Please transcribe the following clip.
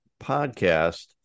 podcast